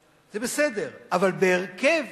זה בסדר, אבל בהרכב